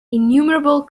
innumerable